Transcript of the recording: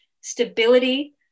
stability